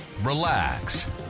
relax